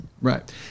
Right